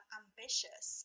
ambitious